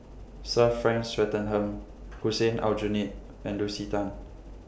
Sir Frank Swettenham Hussein Aljunied and Lucy Tan